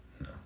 No